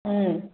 ꯎꯝ